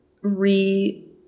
re